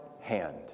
hand